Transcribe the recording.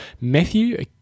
Matthew